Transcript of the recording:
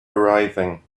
arriving